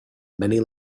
many